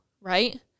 right